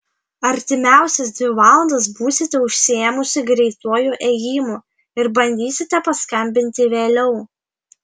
artimiausias dvi valandas būsite užsiėmusi greituoju ėjimu ir bandysite paskambinti vėliau